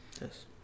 yes